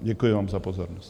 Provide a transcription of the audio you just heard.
Děkuji vám za pozornost.